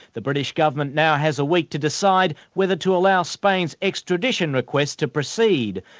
the british government now has a week to decide whether to allow spain's extradition request to proceed.